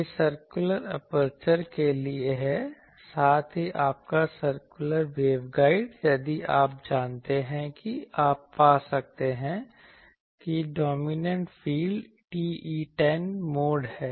यह circular aperture के लिए है साथ ही आपका सर्कुलर वेवगाइड यदि आप जानते हैं कि आप पा सकते हैं कि डॉमिनंट फील्ड TE10 मोड है